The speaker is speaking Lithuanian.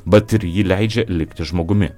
bet ir ji leidžia likti žmogumi